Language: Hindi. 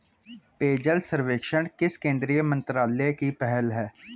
पेयजल सर्वेक्षण किस केंद्रीय मंत्रालय की पहल है?